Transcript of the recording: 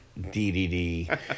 DDD